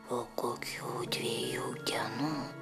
po kokių dviejų dienų